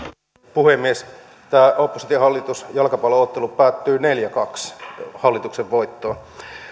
puhemies tämä oppositio hallitus jalkapallo ottelu päättyy neljän viiva kahden hallituksen voittoon